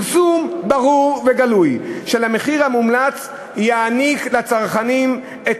"פרסום ברור וגלוי של המחיר המומלץ יעניק לצרכנים את